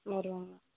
நூறுபாங்க